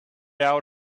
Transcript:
out